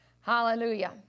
Hallelujah